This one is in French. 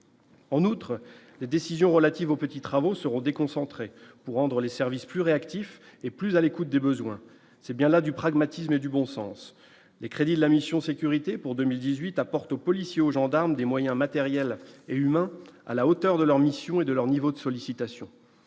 En outre, les décisions relatives aux petits travaux seront déconcentrés pour rendre les services plus réactif et plus à l'écoute des besoins, c'est bien là du pragmatisme et du bon sens, les crédits de la mission sécurité pour 2018 apporte aux policiers, aux gendarmes des moyens matériels et humains à la hauteur de leur mission et de leur niveau de sollicitation,